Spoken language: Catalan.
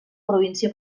província